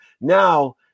now